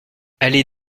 allée